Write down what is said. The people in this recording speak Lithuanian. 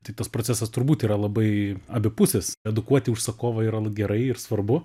tai tas procesas turbūt yra labai abipusis edukuoti užsakovai yra l gerai ir svarbu